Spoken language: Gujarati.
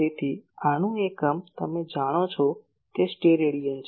તેથી આનું એકમ તમે જાણો છો તે સ્ટેરેડિયન છે